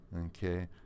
okay